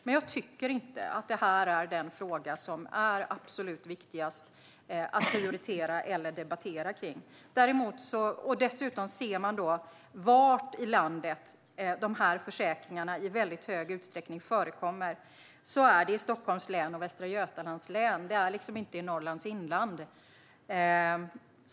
Men jag tycker inte att detta är den fråga som är absolut viktigast att prioritera eller debattera. Tittar man på var i landet dessa försäkringar i stor utsträckning förekommer ser man dessutom att det är i Stockholms och Västra Götalands län. Det är inte i Norrlands inland.